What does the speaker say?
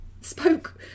spoke